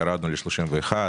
ירדנו ל-31,